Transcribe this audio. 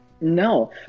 No